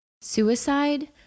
Suicide